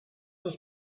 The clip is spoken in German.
uns